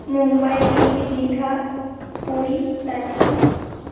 Mumbai Delhi Digha Puri Darjeeling